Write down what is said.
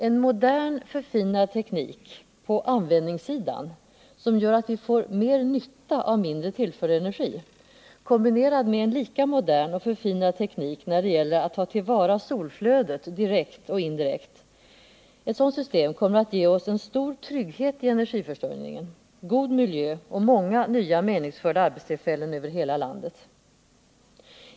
En modern, förfinad teknik på användningssidan, som gör att vi får mer nytta av mindre tillförd energi, kombinerad med en lika modern och förfinad teknik när det gäller att ta till vara solflödet direkt och indirekt, kommer att ge oss stor trygghet i energiförsörjningen, god miljö och många nya meningsfulla arbetstillfällen över hela landet.